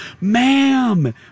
ma'am